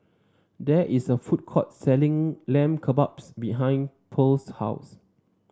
there is a food court selling Lamb Kebabs behind Pearle's house